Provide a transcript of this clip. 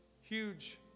huge